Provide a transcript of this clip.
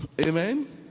Amen